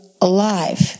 alive